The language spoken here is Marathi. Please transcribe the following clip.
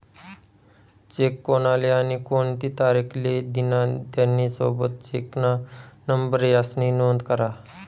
चेक कोनले आणि कोणती तारीख ले दिना, त्यानी सोबत चेकना नंबर यास्नी नोंद करा